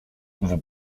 vous